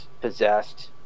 possessed